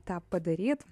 tą padaryt